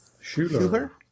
Schuler